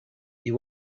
you